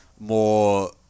more